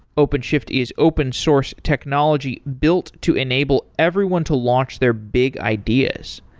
openshift is open source technology built to enable everyone to launch their big ideas.